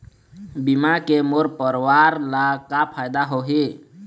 बीमा के मोर परवार ला का फायदा होही?